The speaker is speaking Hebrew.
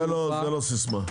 תנאי שוק שווים, זאת לא סיסמה.